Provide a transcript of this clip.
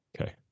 Okay